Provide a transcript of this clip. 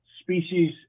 species